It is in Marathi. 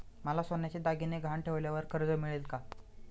मला सोन्याचे दागिने गहाण ठेवल्यावर कर्ज मिळेल का?